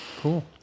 Cool